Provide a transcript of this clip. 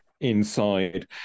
inside